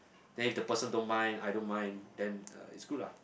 then if the person don't mind I don't mind then uh it's good lah